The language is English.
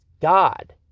God